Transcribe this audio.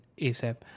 ASAP